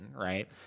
right